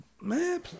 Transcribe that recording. man